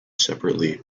separately